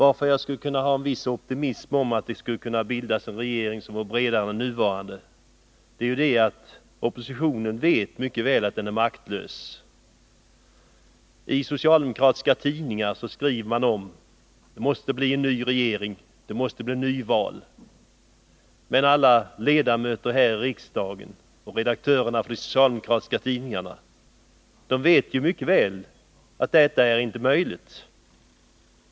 Att jag hyser en viss optimism inför möjligheten att bilda en bredare regering än den nuvarande beror på att oppositionen mycket väl vet att den är maktlös. I socialdemokratiska tidningar skrivs att det måste bli en ny regering, att det måste bli nyval. Men alla ledamöter här i riksdagen liksom redaktörerna för de socialdemokratiska tidningarna känner väl till att detta inte är möjligt.